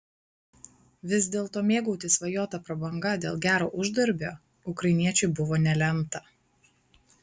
vis dėlto mėgautis svajota prabanga dėl gero uždarbio ukrainiečiui buvo nelemta